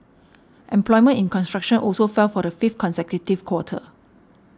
employment in construction also fell for the fifth consecutive quarter